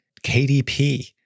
KDP